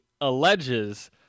alleges